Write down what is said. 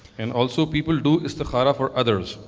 and also people do istikhara for others.